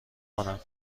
کنم